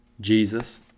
Jesus